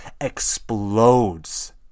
explodes